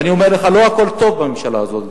ואני אומר לך: לא הכול טוב בממשלה הזאת.